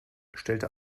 stellte